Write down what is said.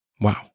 Wow